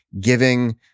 giving